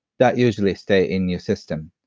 that usually stay in your system.